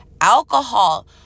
alcohol